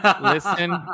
Listen